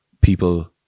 people